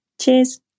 Cheers